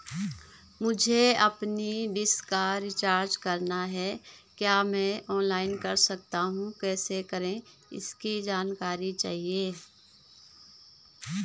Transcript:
मुझे अपनी डिश का रिचार्ज करना है क्या मैं ऑनलाइन कर सकता हूँ कैसे करें इसकी जानकारी चाहिए?